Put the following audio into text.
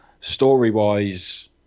story-wise